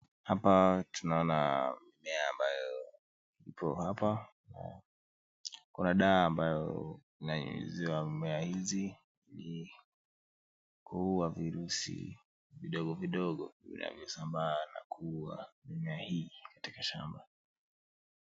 Hapa tunaona mimea ambayo ipo hapa. Kuna dawa ambayo inanyunyiziwa mimea hizi, ili kuua virusi vidogo vidogo vinavyosambaa na kuua mimea hii katika shamba.